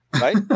right